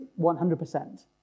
100%